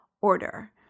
order